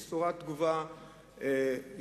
יש צורת תגובה ידועה